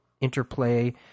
interplay